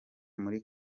muri